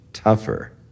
Tougher